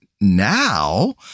Now